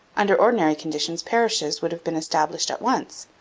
under ordinary conditions parishes would have been established at once,